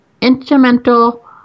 instrumental